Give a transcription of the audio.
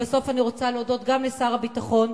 לבסוף אני רוצה להודות גם לשר הביטחון,